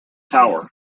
tower